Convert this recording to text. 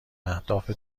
اهداف